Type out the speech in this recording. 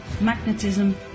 magnetism